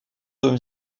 d’un